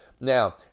Now